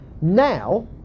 Now